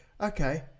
Okay